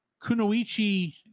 Kunoichi